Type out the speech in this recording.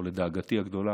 או לדאגתי הגדולה,